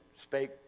spake